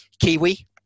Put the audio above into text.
kiwi